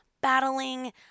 battling